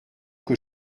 que